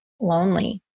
lonely